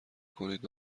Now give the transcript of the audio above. کنید